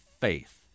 faith